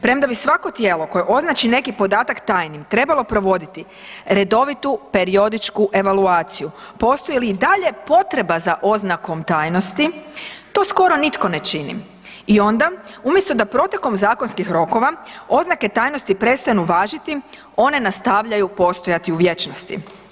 Premda bi svako tijelo koje označi neki podatak tajnim, trebalo provoditi redovitu periodičku evaluaciju postoji li i dalje potreba za oznakom tajnosti, to skoro nitko ne čini i onda umjesto da protekom zakonskih rokova oznake tajnosti prestanu važiti, one nastavljaju postojati u vječnosti.